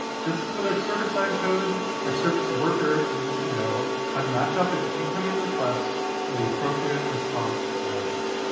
just as with our server-side code, our service worker needs to know how to match up an incoming request with the appropriate response logic.